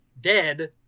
dead